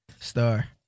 star